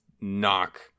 knock